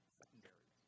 secondary